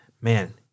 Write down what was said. man